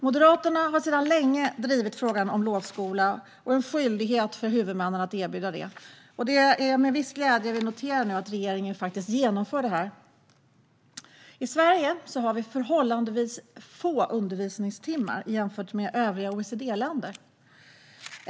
Moderaterna har sedan länge drivit frågan om lovskola och en skyldighet för huvudmännen att erbjuda det. Det är med viss glädje vi noterar att regeringen nu genomför detta. I Sverige har vi förhållandevis få undervisningstimmar jämfört med övriga OECD-länder.